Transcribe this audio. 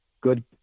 good